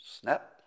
Snap